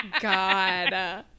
god